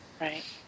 Right